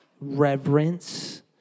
reverence